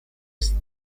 znikł